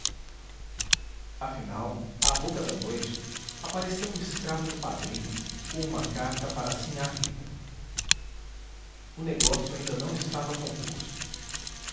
afinal à boca da noite apareceu um escravo do padrinho com uma carta para sinhá rita o negócio ainda não estava composto